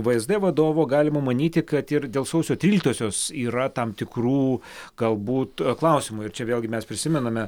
vsd vadovo galima manyti kad ir dėl sausio tryliktosios yra tam tikrų galbūt klausimų ir čia vėlgi mes prisimename